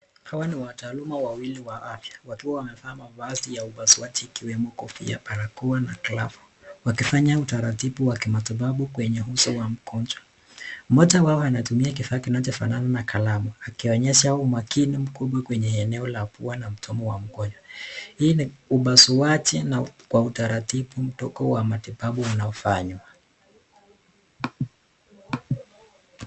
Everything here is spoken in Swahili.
Hawa ni wataalam wawili wa afya wakiwa wanavaa mavazi ya upasuaji ikiwemo kofia, barakoa na glavu. Wakifanya utaratibu wa kimatibabu kwenye uso wa mgonjwa. Mmoja wao anatumia kifaa kinachofanana na kalamu akionyesha umakini kubwa kwenye eneo la pua na mdomo wa mgonjwa. Hii ni upasuaji kwa utaratibu mdogo wa matibabu unaofanywa.